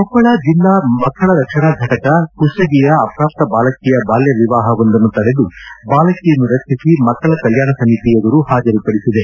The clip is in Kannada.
ಕೊಪ್ಪಳ ಜಿಲ್ಲಾ ಮಕ್ಕಳ ರಕ್ಷಣಾ ಫಟಕ ಕುಷ್ಟಗಿಯ ಅಪ್ರಾಪ್ತ ಬಾಲಕಿಯ ಬಾಲ್ಯ ವಿವಾಹವೊಂದನ್ನು ತಡೆದು ಬಾಲಕಿಯನ್ನು ರಕ್ಷಿಸಿ ಮಕ್ಕಳ ಕಲ್ಕಾಣ ಸಮಿತಿ ಎದುರು ಹಾಜರುಪಡಿಸಿದೆ